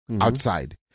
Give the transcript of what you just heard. outside